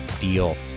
deal